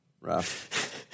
rough